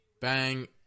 Bang